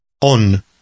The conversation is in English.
On